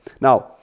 Now